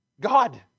God